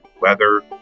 weather